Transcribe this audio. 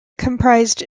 comprises